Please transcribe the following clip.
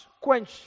quench